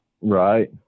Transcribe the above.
Right